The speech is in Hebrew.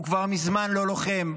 הוא כבר מזמן לא לוחם,